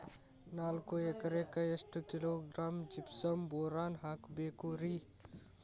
ನಾಲ್ಕು ಎಕರೆಕ್ಕ ಎಷ್ಟು ಕಿಲೋಗ್ರಾಂ ಜಿಪ್ಸಮ್ ಬೋರಾನ್ ಹಾಕಬೇಕು ರಿ?